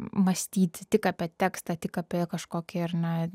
mąstyti tik apie tekstą tik apie kažkokį ar ne